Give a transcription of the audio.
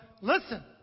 listen